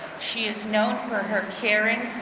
she is known for her caring,